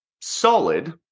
solid